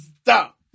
stop